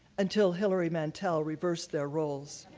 until hilary mantel reversed their roles.